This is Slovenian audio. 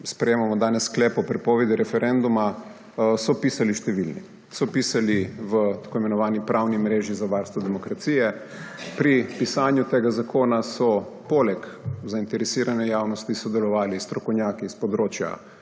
sprejemamo danes sklep o prepovedi referenduma, so pisali številni. So pisali v tako imenovani Pravni mreži za varstvo demokracije, pri pisanju tega zakona so poleg zainteresirane javnosti sodelovali strokovnjaki s področja